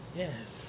yes